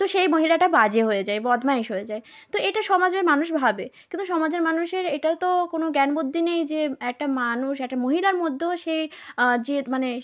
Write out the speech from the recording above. তো সেই মহিলাটা বাজে হয়ে যায় বদমাইশ হয়ে যায় তো এটা সমাজ মানুষ ভাবে কিন্তু সমাজের মানুষের এটা তো কোনও জ্ঞান বুদ্ধি নেই যে একটা মানুষ একটা মহিলার মধ্যেও সে যে মানে